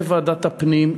בוועדת הפנים,